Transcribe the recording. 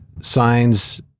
signs